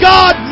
God